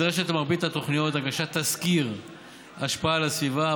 כבר היום נדרשת במרבית התוכניות הגשת תסקיר השפעה על הסביבה,